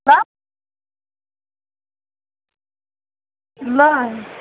ल ल